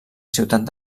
ciutat